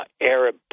Arab